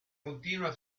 continua